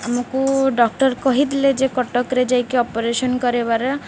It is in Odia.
ଆମକୁ ଡକ୍ଟର କହିଥିଲେ ଯେ କଟକରେ ଯାଇକି ଅପରେସନ୍ କରାଇବାର